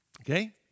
okay